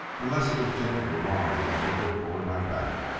unless it was gently drawing the end of it over my back,